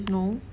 no